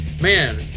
man